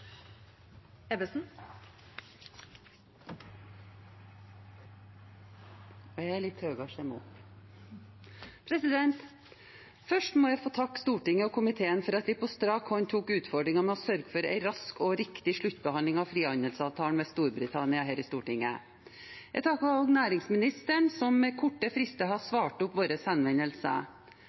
Stortinget og komiteen for at de på strak arm tok utfordringen med å sørge for en rask og riktig sluttbehandling av frihandelsavtalen med Storbritannia her i Stortinget. Jeg takker også næringsministeren, som med korte frister har svart opp våre henvendelser.